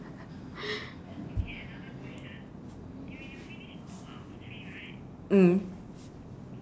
mm